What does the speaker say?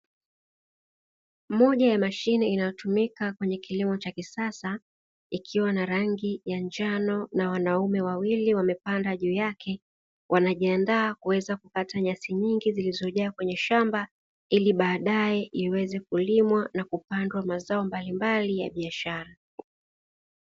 Moja ya mashine inayotumika kwenye kilimo cha kisasa, ikiwa na rangi ya njano na wanaume wawili wamepanda juu yake. Wanajiandaa kuweza kukata nyasi nyingi zilizojaa kwenye shamba, ili baadae iweze kulimwa na kupandwa mazao ya mbalimbali ya biashara.